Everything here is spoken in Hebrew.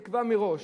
תקבע מראש,